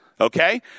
okay